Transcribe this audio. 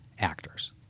actors